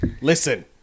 Listen